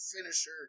finisher